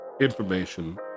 information